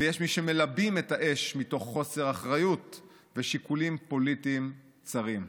ויש מי שמלבים את האש מתוך חוסר אחריות ושיקולים פוליטיים צרים.